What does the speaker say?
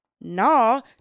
no